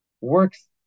works